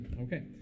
Okay